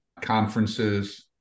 conferences